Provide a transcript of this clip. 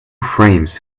frames